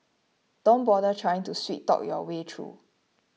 don't bother trying to sweet talk your way through